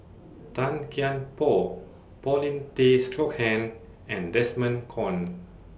Tan Kian Por Paulin Tay Straughan and Desmond Kon